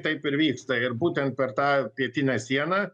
taip ir vyksta ir būtent per tą pietinę sieną